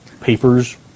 papers